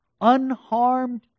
unharmed